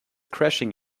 crashing